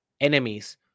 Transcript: enemies